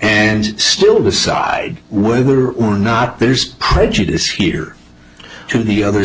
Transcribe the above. and still decide when we are or not there's prejudice here to the other